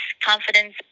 confidence